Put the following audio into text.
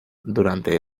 durante